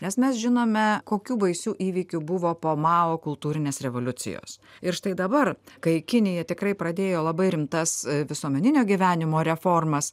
nes mes žinome kokių baisių įvykių buvo po mao kultūrinės revoliucijos ir štai dabar kai kinija tikrai pradėjo labai rimtas visuomeninio gyvenimo reformas